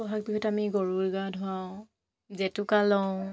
বহাগ বিহুত আমি গৰুৰ গা ধুৱাওঁ জেতুকা লওঁ